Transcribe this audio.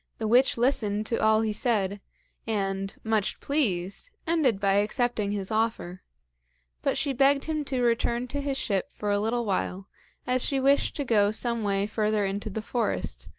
the witch listened to all he said and, much pleased, ended by accepting his offer but she begged him to return to his ship for a little while as she wished to go some way further into the forest,